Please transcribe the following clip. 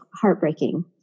heartbreaking